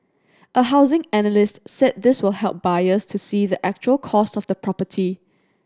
a housing analyst said this will help buyers to see the actual cost of the property